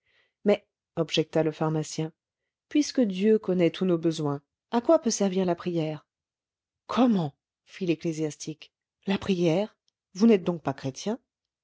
mais objecta le pharmacien puisque dieu connaît tous nos besoins à quoi peut servir la prière comment fit l'ecclésiastique la prière vous n'êtes donc pas chrétien